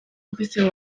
ofizial